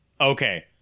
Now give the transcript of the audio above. Okay